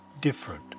different